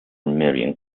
marion